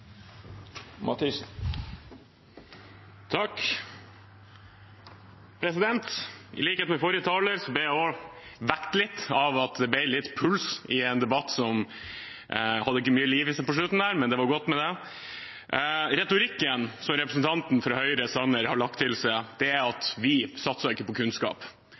I likhet med forrige taler ble jeg også vekket litt av at det ble litt puls i en debatt som ikke hadde mye liv i seg på slutten, men det var godt det kom. Retorikken som representanten Sanner, fra Høyre, har lagt seg til, er at vi ikke satser på kunnskap.